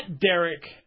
Derek